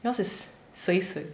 yours is 水水